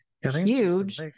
huge